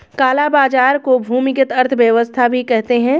काला बाजार को भूमिगत अर्थव्यवस्था भी कहते हैं